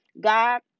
God